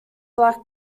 black